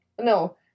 no